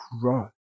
grow